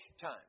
time